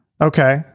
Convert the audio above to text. Okay